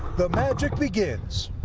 the magic begins.